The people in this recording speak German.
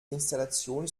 installation